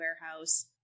warehouse